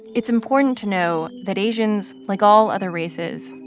it's important to know that asians, like all other races,